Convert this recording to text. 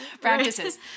practices